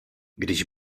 když